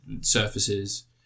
surfaces